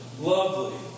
lovely